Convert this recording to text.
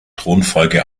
thronfolge